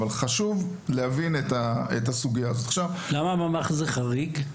חשוב להבין את הסוגייה הזאת --- למה ממ"ח זה חריג?